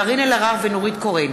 קארין אלהרר ונורית קורן